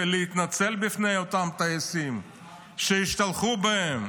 להתנצל בפני אותם טייסים שהשתלחו בהם,